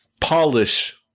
Polish